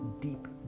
deep